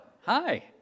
Hi